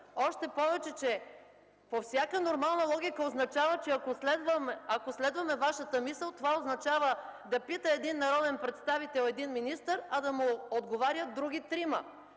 Още повече, по всяка нормална логика означава, че ако следваме Вашата мисъл, това означава един народен представител да пита един министър, а да му отговарят други трима,